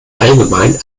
allgemein